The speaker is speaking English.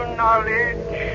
knowledge